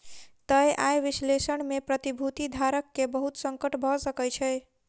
तय आय विश्लेषण में प्रतिभूति धारक के बहुत संकट भ सकै छै